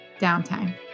Downtime